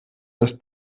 des